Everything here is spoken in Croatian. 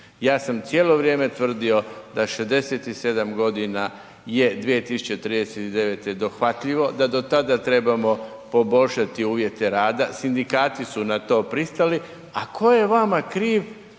Ja sam cijelo vrijeme tvrdio da 67 godina je 2039. je dohvatljivo, da to tada trebamo poboljšati uvjete rada, sindikati su na to pristali, a tko je vama kriv